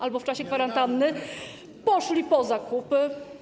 albo w czasie kwarantanny poszli po zakupy?